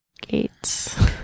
gates